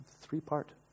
three-part